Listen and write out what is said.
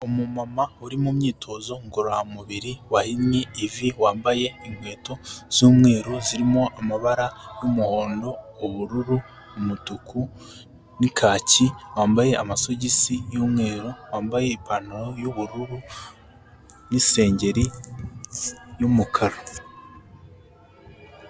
Umumama uri mumyitozo ngororamubiri wahinnye ivi wambaye inkweto z'umweru zirimo amabara y'umuhondo ubururu umutuku n'ikaki wambaye amasogisi y'umweru wambaye ipantaro y'ubururu n'isengeri yumukara.